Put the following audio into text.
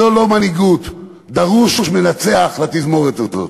זו לא מנהיגות, דרוש מנצח לתזמורת הזאת.